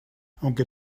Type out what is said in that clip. aunque